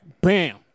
Bam